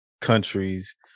countries